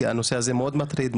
כי הנושא הזה מאוד מטריד,